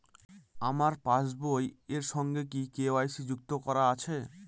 আমার পাসবই এর সঙ্গে কি কে.ওয়াই.সি যুক্ত করা আছে?